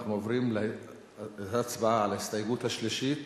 אנחנו עוברים להצבעה על ההסתייגות השלישית